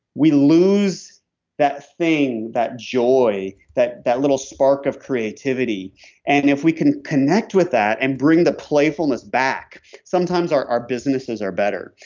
we lose that thing, that joy, that that little spark of creativity and if we can connect with that and bring the playfulness back, sometimes our our businesses are better.